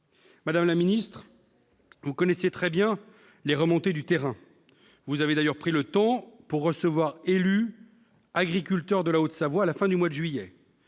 Madame la ministre, vous êtes très bien informée des remontées du terrain. Vous avez d'ailleurs pris le temps de recevoir élus et agriculteurs de la Haute-Savoie à la fin du mois de juillet.